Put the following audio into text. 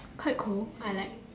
quite cool I like